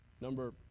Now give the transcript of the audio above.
Number